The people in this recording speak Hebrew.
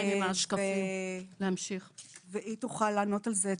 היא תוכל לענות על זה.